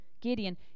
Gideon